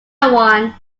one